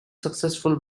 successful